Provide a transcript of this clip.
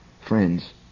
Friends